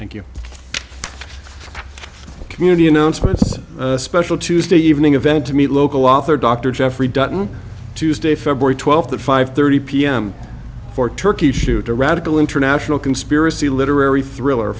thank you community announcements a special tuesday evening event to meet local author dr jeffrey dutton tuesday february twelfth at five thirty pm for turkey shoot a radical international conspiracy literary thriller